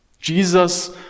Jesus